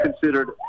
considered